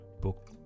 book